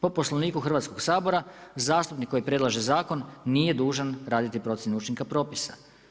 Po Poslovniku Hrvatskoga sabora zastupnik koji predlaže zakon nije dužan raditi procjenu učinka propisa.